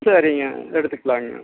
சரிங்க எடுத்துக்கலாம்ங்க